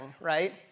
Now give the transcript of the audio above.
right